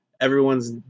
Everyone's